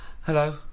Hello